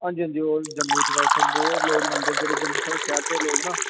हंजी हंजी ओह् जम्मू च उत्थै बहुत लोक मनदे न जेह्ड़े जम्मू साढ़े शहर दे लोक न